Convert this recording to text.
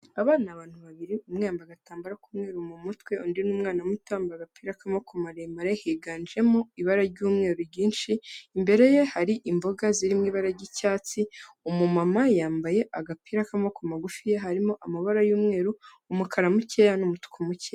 Abana abantu babiri umwe yambaye agatambaro k'umweruru mu mutwe undi n'umwana muto yambaye agapira kamaboko maremare higanjemo ibara ry'umweru ryinshi, imbere ye hari imboga ziririmo ibara ry'icyatsi umumama yambaye agapira k'amaboko magufi harimo amabara y'umweru, umukara mukeya, umutuku muke...